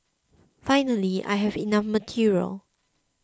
finally I have enough material